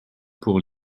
pour